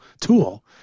tool